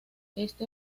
este